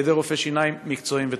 על-ידי רופאי שיניים מקצועיים וטובים.